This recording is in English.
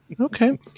Okay